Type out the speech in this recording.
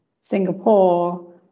Singapore